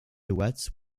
duets